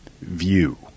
view